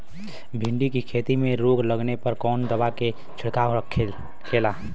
भिंडी की खेती में रोग लगने पर कौन दवा के छिड़काव खेला?